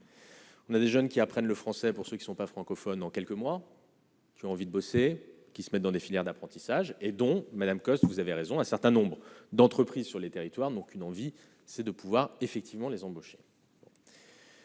On a des jeunes qui apprennent le français pour ceux qui ne sont pas francophone en quelques mois. J'ai envie de bosser, qui se mettent dans les filières d'apprentissage et dont Madame Coste, vous avez raison, un certain nombre d'entreprises sur les territoires n'ont qu'une envie, c'est de pouvoir effectivement les embaucher.